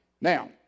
Now